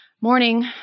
Morning